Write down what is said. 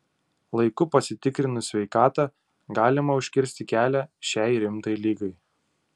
laiku pasitikrinus sveikatą galima užkirsti kelią šiai rimtai ligai